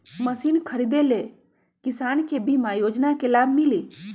Machine खरीदे ले किसान के बीमा योजना के लाभ मिली?